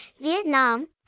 Vietnam